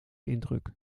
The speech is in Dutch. indruk